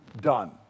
done